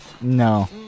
No